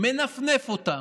מנפנף אותן,